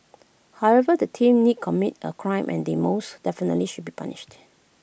however the team did commit A crime and they most definitely should be punished